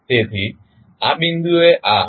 તેથી આ બિંદુએ આ X2sx1 હશે